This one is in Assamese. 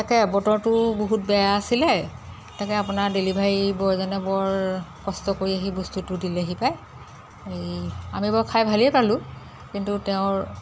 তাকে বতৰটো বহুত বেয়া আছিলে তাকে আপোনাৰ ডেলিভাৰী বয়জনে বৰ কষ্ট কৰি আহি বস্তুটো দিলেহি পায় এই আমি বাৰু খাই ভালেই পালোঁ কিন্তু তেওঁৰ